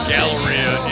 Galleria